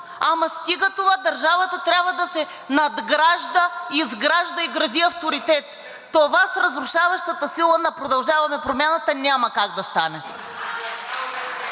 Ама стига това! Държавата трябва да се надгражда, изгражда и гради авторитет. Това с разрушаващата сила на „Продължаваме Промяната“ няма как да стане.